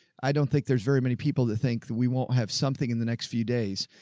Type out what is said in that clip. i don't think there's very many people that think that we won't have something in the next few days.